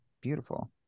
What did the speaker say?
Beautiful